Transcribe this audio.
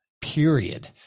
period